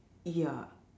ya